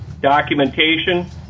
documentation